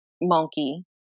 monkey